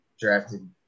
drafted –